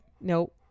Nope